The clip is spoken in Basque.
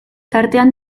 tartean